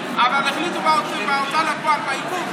אבל באו אנשים מההוצאה לפועל בעיכוב,